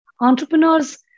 entrepreneurs